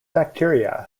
bacteria